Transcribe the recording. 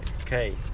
Okay